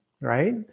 right